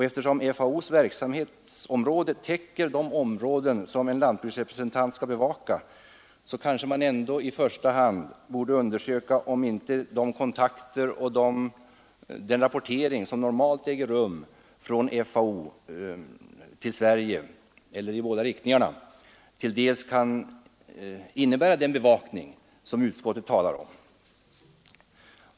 Eftersom FAO:s verksamhet täcker de områden som en lantbruksrepresentant skall bevaka, kanske man ändå i första hand borde undersöka om inte de kontakter och den rapportering som normalt äger rum mellan FAO och Sverige till dels innebär den bevakning utskottet talar om.